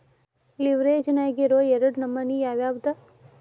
ಲಿವ್ರೆಜ್ ನ್ಯಾಗಿರೊ ಎರಡ್ ನಮನಿ ಯಾವ್ಯಾವ್ದ್?